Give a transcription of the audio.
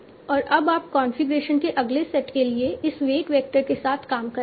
और अब आप कॉन्फ़िगरेशन के अगले सेट के लिए इस वेट वेक्टर के साथ काम करेंगे